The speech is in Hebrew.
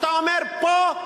אתה אומר פה,